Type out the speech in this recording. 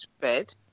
bed